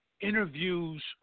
Interviews